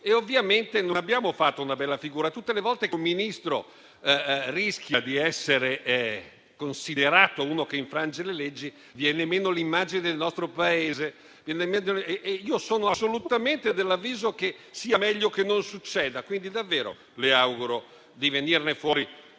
Ovviamente non abbiamo fatto una bella figura. Tutte le volte che un Ministro rischia di essere considerato uno che infrange le leggi viene meno l'immagine del nostro Paese. Io sono assolutamente dell'avviso che sia meglio che non succeda, per cui davvero le auguro di venirne fuori